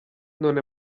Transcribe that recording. non